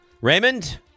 Raymond